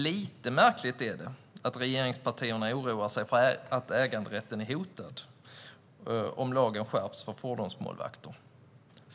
Lite märkligt är det att regeringspartierna oroar sig för att äganderätten är hotad om lagen skärps för fordonsmålvakter.